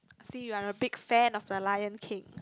I see you are a big fan of the Lion King